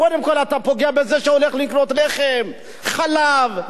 קודם כול אתה פוגע בזה שהולך לקנות לחם, חלב.